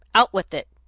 out with it!